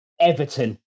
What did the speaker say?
Everton